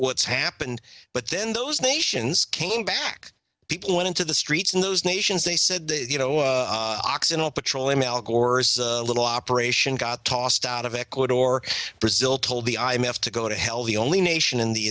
what's happened but then those nations came back people went into the streets in those nations they said you know occidental petroleum al gore's little operation got tossed out of ecuador brazil told the i m f to go to hell the only nation in the